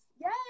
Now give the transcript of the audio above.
yes